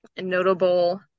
notable